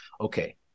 okay